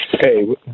Hey